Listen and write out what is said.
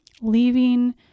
leaving